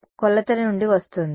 గాని అది కొలత నుండి వస్తుంది